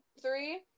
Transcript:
three